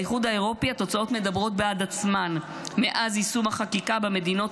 באיחוד האירופי התוצאות מדברות בעד עצמן: מאז יישום החקיקה במדינות